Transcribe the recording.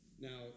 Now